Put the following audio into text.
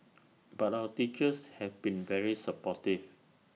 but our teachers have been very supportive